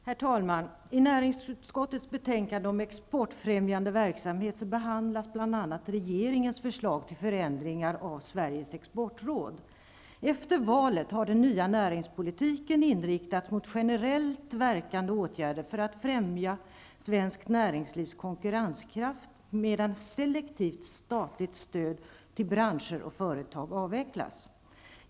Herr talman! I näringsutskottets betänkande om exportfrämjande verksamhet behandlas bl.a. Efter valet har den nya näringspolitiken inriktats mot generellt verkande åtgärder för att främja svenskt näringslivs konkurrenskraft, medan selektivt statligt stöd till branscher och företag avvecklas.